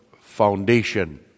foundation